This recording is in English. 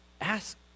ask